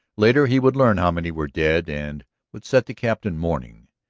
later he would learn how many were dead and would set the captain mourning.